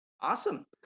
Awesome